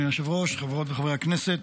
אדוני היושב-ראש, חברות וחברי הכנסת,